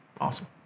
Awesome